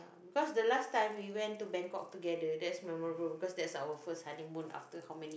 cause the last time we went to Bangkok together that's memorable because that's our first honeymoon after how many